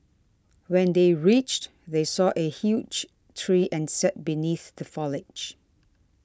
when they reached they saw a huge tree and sat beneath the foliage